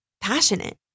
passionate